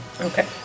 Okay